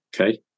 Okay